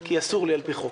כי אסור לי על פי חוק,